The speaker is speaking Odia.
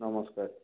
ନମସ୍କାର